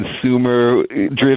consumer-driven